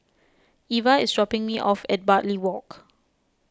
Eva is dropping me off at Bartley Walk